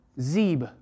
Zeb